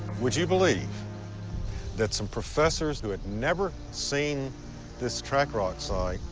would you believe that some professors who had never seen this track rock site,